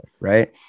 Right